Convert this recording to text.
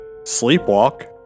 Sleepwalk